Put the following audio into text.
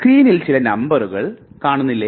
സ്ക്രീനിൽ ചില നമ്പറുകൾ കാണുന്നില്ലേ